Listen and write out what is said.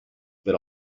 per